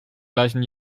gleichen